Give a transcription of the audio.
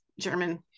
German